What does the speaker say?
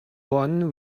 one